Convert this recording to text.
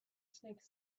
snake